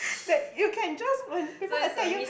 that you can just when people attack you